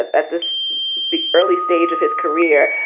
at at this big early stage of his career,